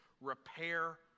repair